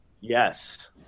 Yes